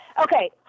Okay